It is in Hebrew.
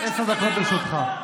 עשר דקות לרשותך.